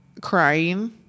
crying